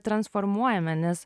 transformuojame nes